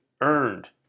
earned